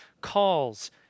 calls